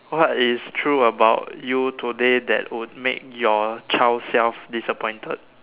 what is true about you today that would make your child self disappointed